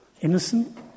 Innocent